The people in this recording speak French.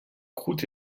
croûte